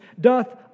doth